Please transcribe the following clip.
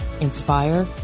inspire